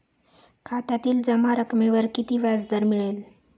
खात्यातील जमा रकमेवर किती व्याजदर मिळेल?